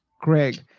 Greg